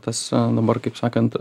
tas dabar kaip sakant